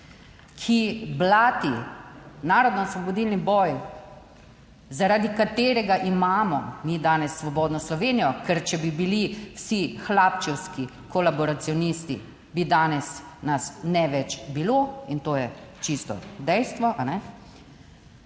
ki blati narodnoosvobodilni boj, zaradi katerega imamo mi danes svobodno Slovenijo, ker, če bi bili vsi hlapčevski kolaboracionisti, bi danes nas ne več bilo in to je čisto dejstvo, kajne,